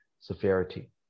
severity